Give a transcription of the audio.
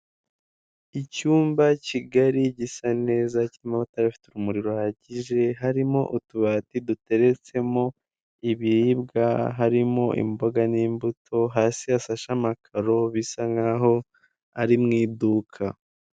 Icyumba Kigali gisa neza cyirimo amatara afite urumuri ruhagije harimo utubati duteretsemo ibiribwa harimo imboga n'imbuto, hasi hashashe amakaro bisa nk'aho ari mu iduka.